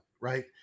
Right